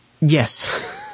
Yes